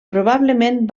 probablement